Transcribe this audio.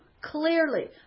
clearly